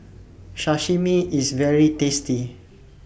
Sashimi IS very tasty